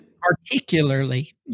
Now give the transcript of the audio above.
Particularly